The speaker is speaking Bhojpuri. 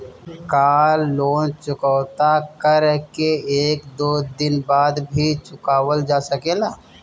का लोन चुकता कर के एक दो दिन बाद भी चुकावल जा सकेला?